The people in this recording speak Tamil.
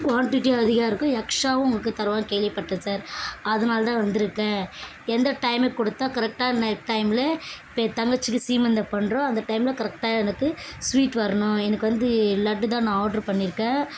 குவான்டிட்டியும் அதிக இருக்கும் எக்ஸ்ட்ராவும் உங்களுக்கு தருவாங்ன்னு கேள்விப்பட்டேன் சார் அதனால்தான் வந்திருக்கேன் எந்த டைமுக்கு கொடுத்தா கரெக்டான டைம்ல இப்போ என் தங்கச்சிக்கு சீமந்தம் பண்ணுறோம் அந்த டைம்ல கரெக்டாக எனக்கு ஸ்வீட் வரணும் எனக்கு வந்து லட்டுதான் நான் ஆட்ரு பண்ணிருக்கேன்